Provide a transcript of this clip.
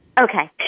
Okay